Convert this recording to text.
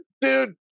dude